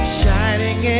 shining